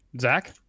Zach